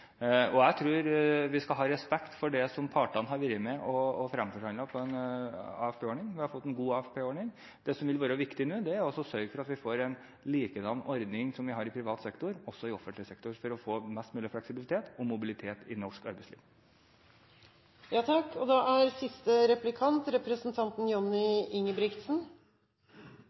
Jeg tror vi skal ha respekt for den AFP-ordningen som partene har vært med på å fremforhandle. Vi har fått en god AFP-ordning. Det som vil være viktig nå, er å sørge for at vi får en likedan ordning i offentlig sektor som vi har i privat sektor, for å få mest mulig fleksibilitet og mobilitet i norsk arbeidsliv. Nordsjødykkerne var pionerer og